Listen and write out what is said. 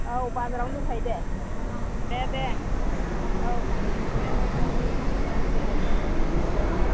औ बाजारावनो दंखायो दे दे दे औ दे औ दे फै दे फै